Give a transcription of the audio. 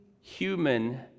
human